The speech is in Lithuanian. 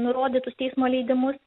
nurodytus teismo leidimus